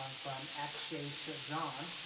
um from akshay sajan.